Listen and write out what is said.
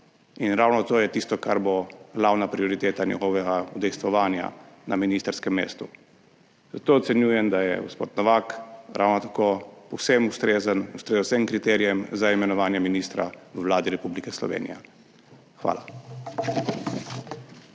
ravno to je tisto, kar bo glavna prioriteta njegovega udejstvovanja na ministrskem mestu. Zato ocenjujem, da je gospod Novak ravno tako povsem ustrezen, ustreza vsem kriterijem za imenovanje ministra v Vladi Republike Slovenije. Hvala.